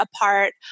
Apart